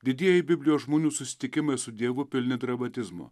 didieji biblijos žmonių susitikimai su dievu pilni dramatizmo